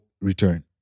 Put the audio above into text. return